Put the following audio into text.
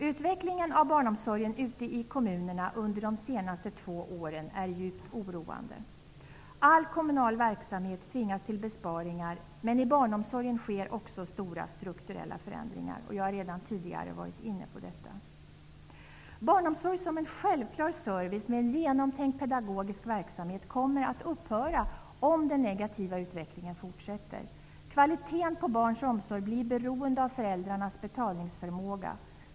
Utvecklingen av barnomsorgen ute i kommunerna under de senaste två åren är djupt oroande. All kommunal verksamhet tvingas till besparingar, men i barnomsorgen sker också stora strukturella förändringar. Jag har redan tidigare varit inne på det. Barnomsorg som en självklar service med en genomtänkt pedagogisk verksamhet kommer att upphöra, om den negativa utvecklingen fortsätter. Kvaliteten på barns omsorg blir beroende av föräldrarnas betalningsförmåga.